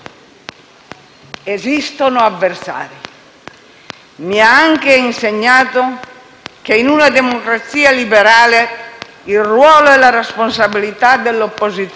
esistono avversari. Mi ha anche insegnato che in una democrazia liberale il ruolo e la responsabilità dell'opposizione